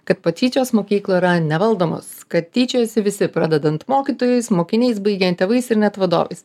kad patyčios mokykloj yra nevaldomos kad tyčiojosi visi pradedant mokytojais mokiniais baigiant tėvais ir net vadovais